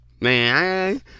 Man